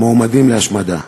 מועמדים להשמדה.